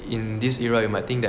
in this era you might think